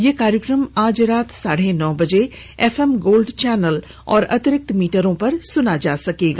यह कार्यक्रम आज रात साढे नौ बजे एफएम गोल्ड चैनल और अतिरक्त मीटरों पर सुना जा सकता है